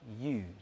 use